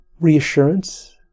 reassurance